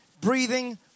breathing